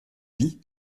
lui